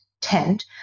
tend